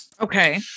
Okay